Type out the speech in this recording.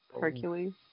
Hercules